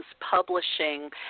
publishing